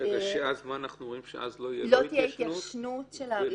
אנחנו אומרים שלא תהיה התיישנות?